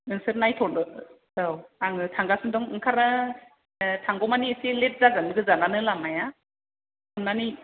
नोंसोर नायथ'दो आंङो थांगासिनो दं थांगौमानि लेट जागोन गोजान आनो लामाया माने